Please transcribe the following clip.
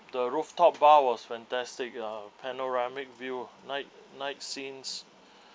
the rooftop bar was fantastic ya panoramic view night night scenes